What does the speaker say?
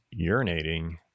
urinating